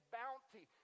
bounty